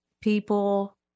people